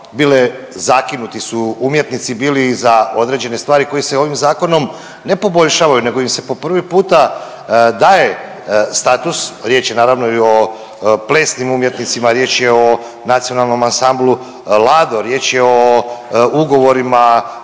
bile zakinuti su umjetnici bili za određene stvari koji se ovim zakonom ne poboljšavaju, nego im se po prvi puta daje status. Riječ je naravno i o plesnim umjetnicima, riječ je o nacionalnom ansamblu Lado, riječ je o ugovorima